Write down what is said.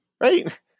right